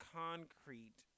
concrete